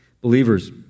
believers